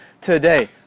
today